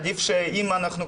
עדיף שאם אנחנו,